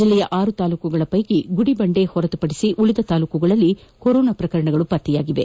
ಜಿಲ್ಲೆಯ ಆರು ತಾಲೂಕುಗಳ ಪೈಕಿ ಗುಡಿಬಂಡೆ ಹೊರತುಪಡಿಸಿ ಉಳಿದ ತಾಲೂಕುಗಳಲ್ಲಿ ಕೊರೊನಾ ಪ್ರಕರಣಗಳು ಪತ್ತೆಯಾಗಿವೆ